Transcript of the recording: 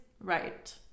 right